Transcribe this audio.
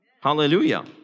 Hallelujah